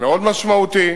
מאוד משמעותי,